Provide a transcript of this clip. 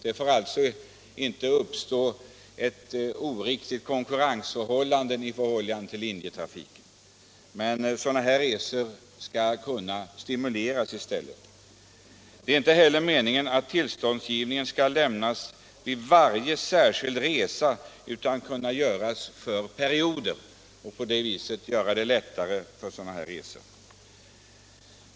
Det får alltså inte uppstå ett oriktigt konkurrensförhållande gentemot linjetrafiken, men i övrigt skall sådana här resor kunna stimuleras i stället. Det är inte heller meningen att tillstånd skall lämnas för varje särskild resa utan sådant skall kunna ges för perioder. På det viset blir det lättare att anordna sådana här resor.